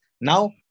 now